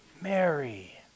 Mary